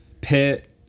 Pit